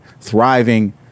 thriving